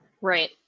right